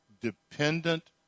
dependent